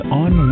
on